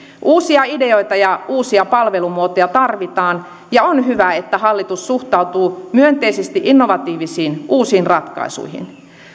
uusia ideoita ja uusia palvelumuotoja tarvitaan ja on hyvä että hallitus suhtautuu myönteisesti innovatiivisiin uusiin ratkaisuihin